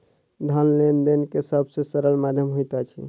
धन लेन देन के सब से सरल माध्यम होइत अछि